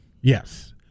Yes